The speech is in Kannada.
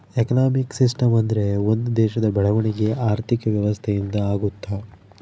ಎಕನಾಮಿಕ್ ಸಿಸ್ಟಮ್ ಅಂದ್ರೆ ಒಂದ್ ದೇಶದ ಬೆಳವಣಿಗೆ ಆರ್ಥಿಕ ವ್ಯವಸ್ಥೆ ಇಂದ ಆಗುತ್ತ